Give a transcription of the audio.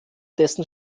dessen